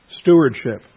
stewardship